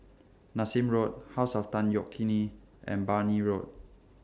Nassim Road House of Tan Yeok Nee and Brani Road